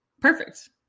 perfect